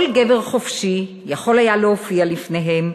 כל גבר חופשי יכול היה להופיע לפניהם,